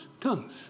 Tongues